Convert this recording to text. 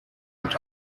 und